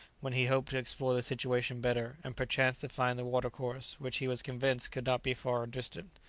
when he hoped to explore the situation better, and perchance to find the watercourse which he was convinced could not be far distant.